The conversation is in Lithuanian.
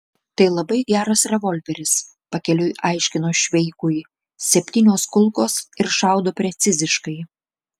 tai labai geras revolveris pakeliui aiškino šveikui septynios kulkos ir šaudo preciziškai